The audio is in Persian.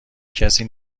کسی